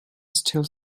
still